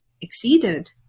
exceeded